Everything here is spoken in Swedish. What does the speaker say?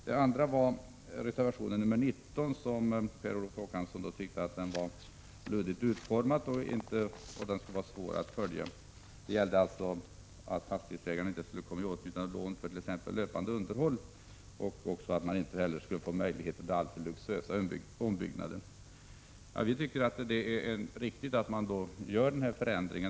Per Olof Håkansson ansåg att reservation 19 var luddigt utformad och svår att följa. Den handlar alltså om att fastighetsägarna inte skall komma i åtnjutande av lån för t.ex. löpande underhåll och inte heller skall ges möjlighet till lån för alltför luxuösa ombyggnader. Vi tycker att det är riktigt att man vidtar denna förändring.